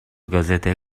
gazete